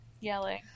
yelling